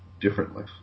differently